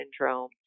syndrome